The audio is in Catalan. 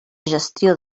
gestió